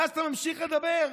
ואז אתה ממשיך לדבר: